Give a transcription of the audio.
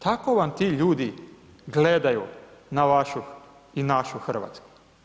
Tako vam ti ljudi gledaju na vašu i našu Hrvatsku.